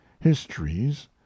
histories